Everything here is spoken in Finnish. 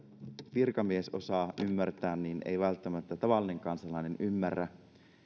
virkamies osaa ymmärtää ei välttämättä tavallinen kansalainen ymmärrä